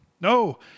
No